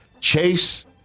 Chase